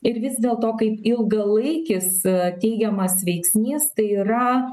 ir vis dėl to kaip ilgalaikis teigiamas veiksnys tai yra